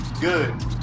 good